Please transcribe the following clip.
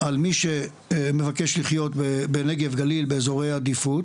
על מי שמבקש לחיות בנגב, גליל, באזורי עדיפות.